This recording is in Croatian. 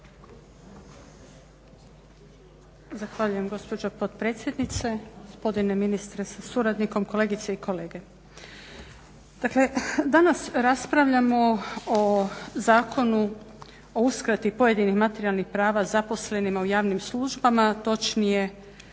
Zahvaljujem gospođo potpredsjednice, gospodine ministre sa suradnikom, kolegice i kolege. Dakle, danas raspravljamo o Zakonu o uskrati pojedinih materijalnih prava zaposlenima u javnim službama, točnije